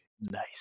Nice